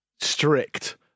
strict